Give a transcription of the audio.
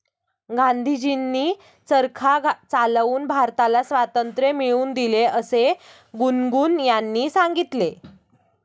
गांधीजींनी चरखा चालवून भारताला स्वातंत्र्य मिळवून दिले असे गुनगुन यांनी सांगितले